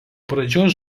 pradžios